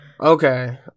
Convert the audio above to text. Okay